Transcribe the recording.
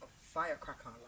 firecracker